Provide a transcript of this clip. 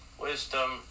Wisdom